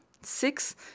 six